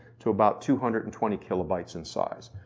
to about two hundred and twenty kilobytes in size.